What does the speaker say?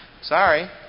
Sorry